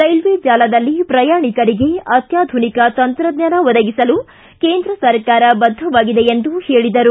railway ಜಾಲದಲ್ಲಿ ಪ್ರಯಾಣಿಕರಿಗೆ ಅತ್ಮಾಧುನಿಕ ತಂತ್ರಜ್ಞಾನ ಒದಗಿಸಲು ಕೇಂದ್ರ ಸರ್ಕಾರ ಬದ್ಧವಾಗಿದೆ ಎಂದು ತಿಳಿಸಿದರು